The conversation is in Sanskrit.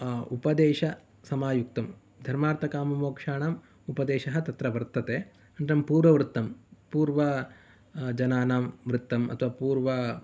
उपदेशसमायुक्तं धर्मार्थकाममोक्षाणाम् उपदेशः तत्र वर्तते अनन्तरं पूर्ववृत्तं पूर्व जनानां वृत्तम् अथवा पूर्व